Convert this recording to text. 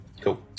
Cool